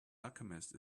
alchemist